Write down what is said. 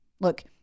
Look